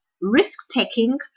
Risk-taking